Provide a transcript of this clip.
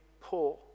poor